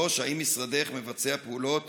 3. האם משרדך מבצע פעולות